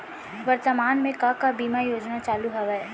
वर्तमान में का का बीमा योजना चालू हवये